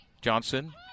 Johnson